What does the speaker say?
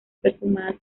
perfumadas